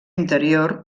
interior